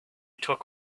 took